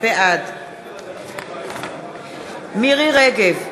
בעד מירי רגב,